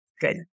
Good